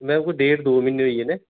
ma'am कोई डेढ दो म्हीने होई गे न